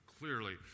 clearly